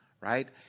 right